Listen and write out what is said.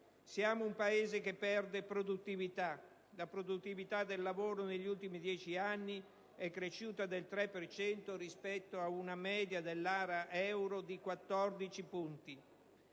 Siamo un Paese che perde produttività: la produttività del lavoro negli ultimi 10 anni è cresciuta del 3 per cento rispetto ad una media dell'area euro di 14 punti.